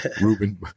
Ruben